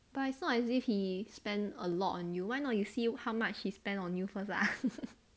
but not as if he spent a lot on you why not you see how much he spend on you first lah